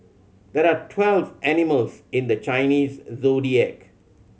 there are twelfth animals in the Chinese Zodiac